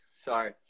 sorry